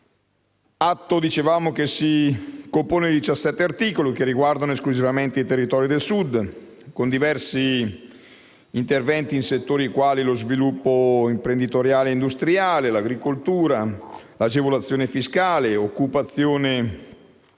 al nostro esame si compone di 17 articoli che riguardano esclusivamente i territori del Sud, con diversi interventi in settori quali lo sviluppo imprenditoriale e industriale, l'agricoltura, l'agevolazione fiscale, l'occupazione,